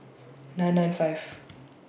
nine nine five